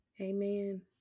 Amen